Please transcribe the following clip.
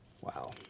Wow